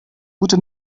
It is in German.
gute